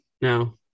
no